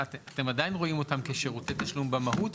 אתם עדיין רואים אותם כשירותי תשלום במהות,